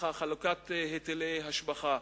חלוקת היטלי השבחה,